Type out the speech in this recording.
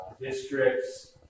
districts